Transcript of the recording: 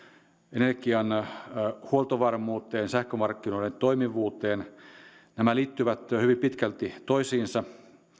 energian huoltovarmuuteen ja sähkömarkkinoiden toimivuuteen nämä liittyvät hyvin pitkälti toisiinsa